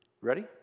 Ready